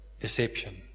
deception